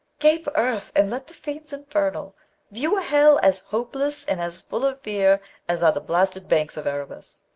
gape, earth, and let the fiends infernal view a hell as hopeless and as full of fear as are the blasted banks of erebus,